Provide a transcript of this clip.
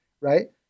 right